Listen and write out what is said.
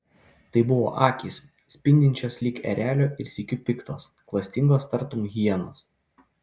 tai buvo akys spindinčios lyg erelio ir sykiu piktos klastingos tartum hienos